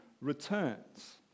returns